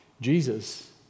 Jesus